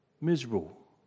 miserable